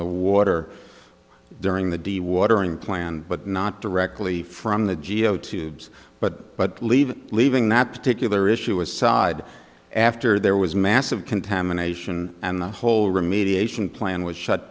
the water during the de watering plan but not directly from the geo tubes but but leave it leaving that particular issue aside after there was massive contamination and the whole remediation plan was shut